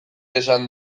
esan